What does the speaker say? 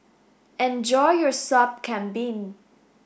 enjoy your sup kambing